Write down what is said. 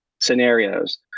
scenarios